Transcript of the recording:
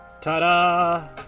Ta-da